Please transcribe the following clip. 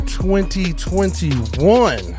2021